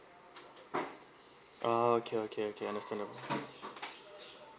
ah okay okay okay understand